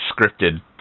scripted